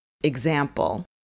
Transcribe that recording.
example